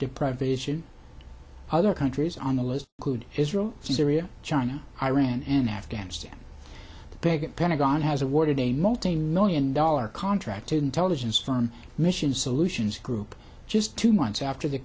deprived vision other countries on the list could israel syria china iran and afghanistan big pentagon has awarded a multi million dollar contract intelligence foreign missions solutions group just two months after the